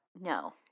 No